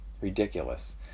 ridiculous